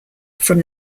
from